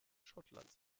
schottland